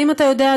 האם אתה יודע,